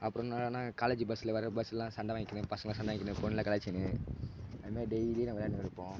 அப்புறமா நான் நாங்கள் காலேஜ் பஸ்ஸுல வர பஸ்லெலாம் சண்டை வாங்கின்னு பசங்கலெலாம் சண்டை வாங்கின்னு பொண்ணுகலாம் கலாய்ச்சிக்கின்னு அதுமாரி டெய்லியும் நாங்கள் விளையாண்டு கிடப்போம்